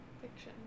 fiction